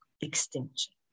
extinction